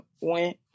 went